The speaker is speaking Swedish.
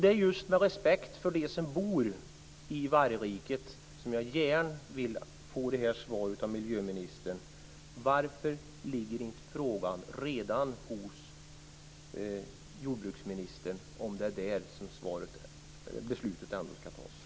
Det är just med respekt för dem som bor i vargriket som jag gärna vill ha svar på denna fråga av miljöministern: Varför ligger inte frågan redan hos jordbruksministern om det är hos henne som beslutet ändå ska fattas?